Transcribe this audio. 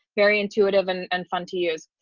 very intuitive and and fun to use.